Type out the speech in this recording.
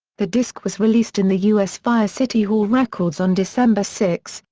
the disc was released in the us via city hall records on december six,